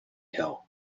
hill